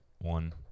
one